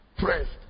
Pressed